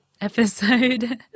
episode